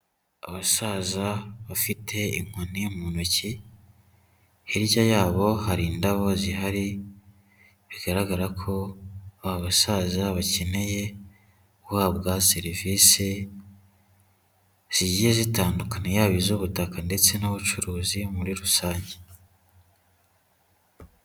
Abasaza bafite inkoni mu ntoki, hirya yabo hari indabo zihari, bigaragara ko aba basaza bakeneye guhabwa serivisi zigiye zitandukanye yaba iz'ubutaka ndetse n'ubucuruzi muri rusange.